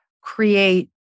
create